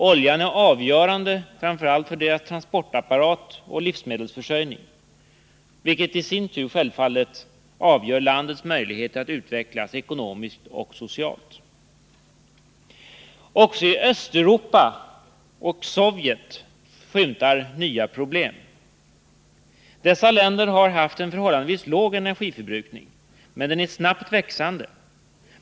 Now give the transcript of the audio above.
Oljan är avgörande framför allt för deras transportapparat och livsmedelsförsörjning, vilket i sin tur självfallet avgör landets möjligheter att utvecklas ekonomiskt och socialt. Också i Östeuropa och Sovjet skymtar nya problem. Dessa länder har haft en förhållandevis låg energiförbrukning, men den är i snabbt växande.